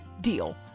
deal